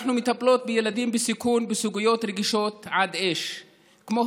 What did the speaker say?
אנחנו מטפלות בילדים בסיכון בסוגיות רגישות עד אש כמו